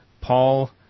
Paul